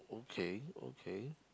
okay okay